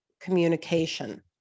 communication